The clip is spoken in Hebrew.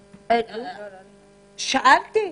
--- שאלתי.